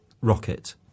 rocket